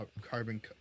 carbon